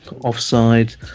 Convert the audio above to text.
offside